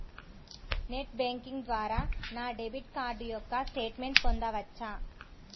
Net banking ద్వారా నా debit card యొక్క స్టేట్మెంట్ పొందవచ్చా?